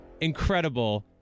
incredible